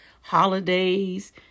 holidays